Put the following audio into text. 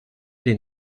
den